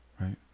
right